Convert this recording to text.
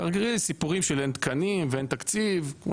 כרגיל סיפורים של אין תקנים ואין תקציב כמו